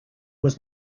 was